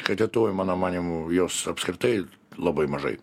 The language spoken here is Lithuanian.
kad lietuvoj mano manymu jos apskritai labai mažai